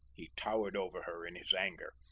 he towered over her in his anger.